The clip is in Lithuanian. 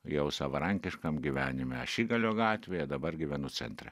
jau savarankiškam gyvenime ašigalio gatvėje dabar gyvenu centre